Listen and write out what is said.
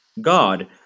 god